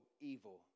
evil